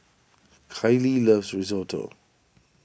Kylie loves Risotto